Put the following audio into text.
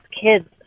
kids